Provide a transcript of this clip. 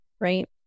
Right